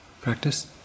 practice